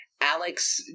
Alex